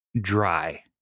dry